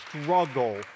struggle